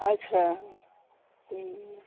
अच्छा ह्म्म